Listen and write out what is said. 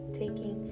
taking